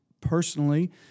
personally